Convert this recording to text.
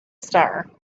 star